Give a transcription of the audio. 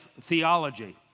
theology